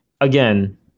again